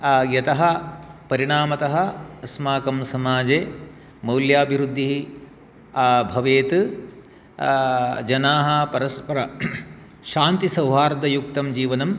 यतः परिणामतः अस्माकं समाजे मौल्याभिवृद्धिः भवेत् जनाः परस्परं शान्तिसौहार्दयुक्तं जीवनं